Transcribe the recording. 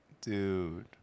Dude